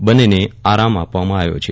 બનેને આરામ આપવામાં આવ્યો છે